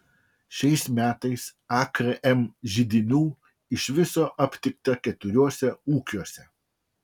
šiais metais akm židinių iš viso aptikta keturiuose ūkiuose